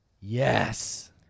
Yes